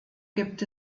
gibt